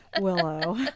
Willow